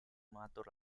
mengatur